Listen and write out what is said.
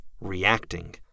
reacting